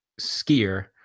skier